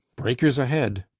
breakers ahead!